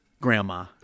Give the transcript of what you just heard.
grandma